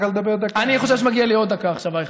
אני חושב שמגיעה לי עוד דקה עכשיו, אייכלר.